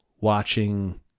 watching